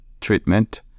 treatment